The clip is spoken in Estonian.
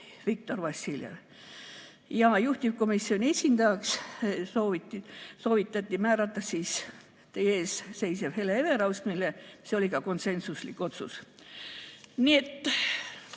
Viktor Vassiljev. Juhtivkomisjoni esindajaks soovitati määrata teie ees seisev Hele Everaus. See oli ka konsensuslik otsus. Nii et